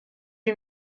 lui